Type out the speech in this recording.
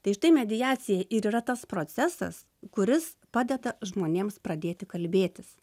tai štai mediacija ir yra tas procesas kuris padeda žmonėms pradėti kalbėtis